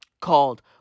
called